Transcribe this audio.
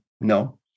No